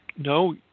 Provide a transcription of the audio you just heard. no